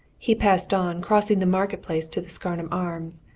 he passed on, crossing the market-place to the scarnham arms,